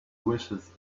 wishes